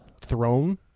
throne